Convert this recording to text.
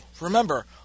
Remember